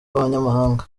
b’abanyamahanga